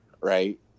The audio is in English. right